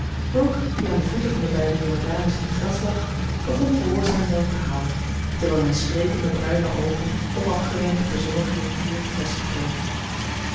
die aan de voeten van de beide jonge dames in het gras lag begon gehoorzaam zijn verhaal terwijl zijn sprekende bruine oogen onafgewend op de zonnige rivier gevestigd bleven